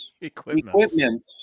Equipment